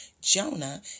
Jonah